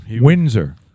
Windsor